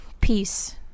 Peace